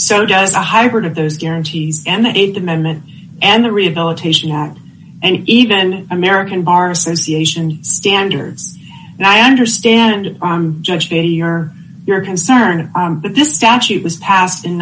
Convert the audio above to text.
so does a hybrid of those guarantees and the th amendment and the rehabilitation at any even american bar association standards and i understand judge to your your concern on but this statute was passed in